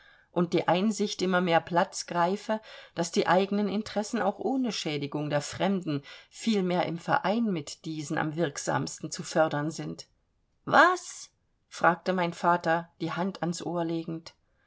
und die einsicht immer mehr platz greife daß die eigenen interessen auch ohne schädigung der fremden vielmehr im verein mit diesen am wirksamsten zu fördern sind was fragte mein vater die hand ans ohr legend